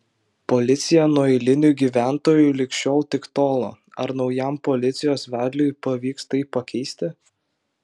policija nuo eilinių gyventojų lig šiol tik tolo ar naujam policijos vedliui pavyks tai pakeisti